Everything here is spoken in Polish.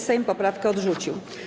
Sejm poprawkę odrzucił.